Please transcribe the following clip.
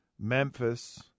Memphis